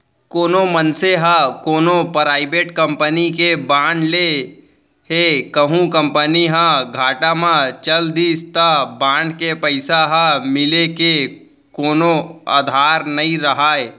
कोनो मनसे ह कोनो पराइबेट कंपनी के बांड ले हे कहूं कंपनी ह घाटा म चल दिस त बांड के पइसा ह मिले के कोनो अधार नइ राहय